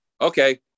okay